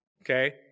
Okay